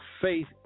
faith